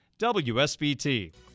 WSBT